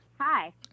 Hi